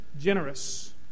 generous